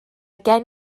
gen